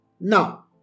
Now